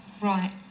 Right